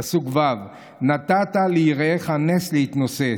פסוק ו': "נתתה ליראיך נס להתנוסס".